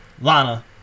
Lana